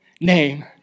name